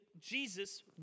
Jesus